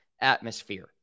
atmosphere